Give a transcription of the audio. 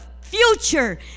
future